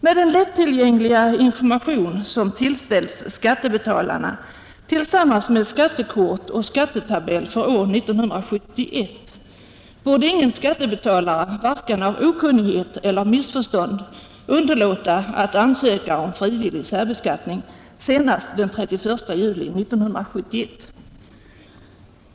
Med den lättillgängliga information som tillställts skattebetalarna tillsammans med skattekort och skattetabell för år 1971 borde ingen vare sig av okunnighet eller av missförstånd underlåta att ansöka om frivillig särbeskattning senast den 30 juni 1971.